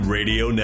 Radio